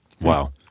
Wow